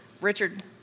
Richard